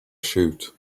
shoot